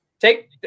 take